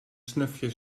snuifje